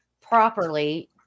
properly